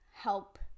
help